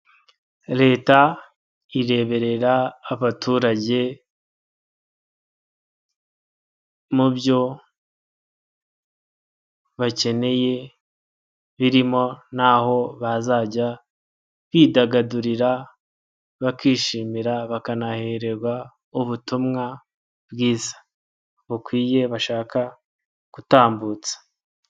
Leta ireberera abaturage mu byo bakeneye birimo n'aho bazajya bidagadurira, bakishimirwa bakanahererwa ubutumwa bwiza bukwiye bashaka gutambutsa.